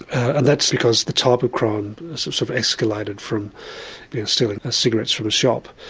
and that's because the type of crime so sort of escalated from stealing ah cigarettes from a shop,